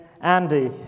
Andy